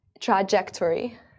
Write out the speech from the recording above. trajectory